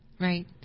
Right